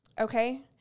Okay